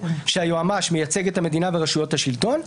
שהיועץ המשפטי מייצג את המדינה ואת רשויות השלטון,